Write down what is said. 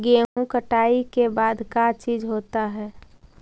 गेहूं कटाई के बाद का चीज होता है?